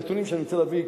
הנתונים שאני רוצה להביא,